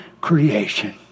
creation